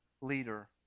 leader